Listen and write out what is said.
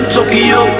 Tokyo